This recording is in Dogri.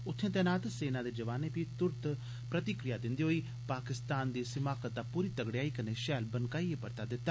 उत्थै तैनात सेना दे जवानें बी तुरत प्रतिक्रिया दिंदे होई पाकिस्तान दी इस हिमाकत दा पूरी तगड़ेयाई कन्नै शैल बनकाइए परता दिता